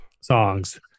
songs